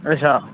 अच्छा